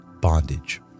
bondage